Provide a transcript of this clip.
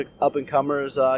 up-and-comers